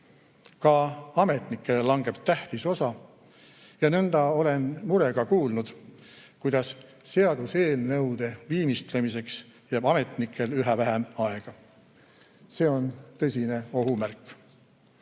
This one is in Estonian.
Ka ametnikele langeb tähtis osa ja nõnda olen murega kuulanud, kuidas seaduseelnõude viimistlemiseks jääb ametnikel üha vähem aega. See on tõsine ohumärk.